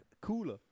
cooler